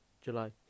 July